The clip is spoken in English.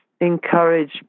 encourage